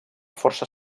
força